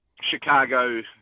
Chicago